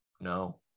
No